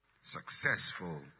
Successful